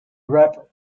rap